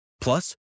Plus